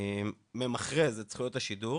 ממכרז את זכויות השידור,